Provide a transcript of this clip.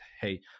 hey